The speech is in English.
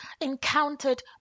encountered